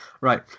Right